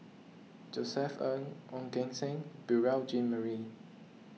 Josef Ng Ong Keng Sen Beurel Jean Marie